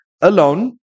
alone